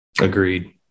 Agreed